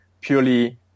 purely